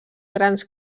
grans